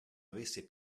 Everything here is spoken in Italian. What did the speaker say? avesse